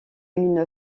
une